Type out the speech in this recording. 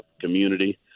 community